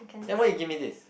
then why you give me this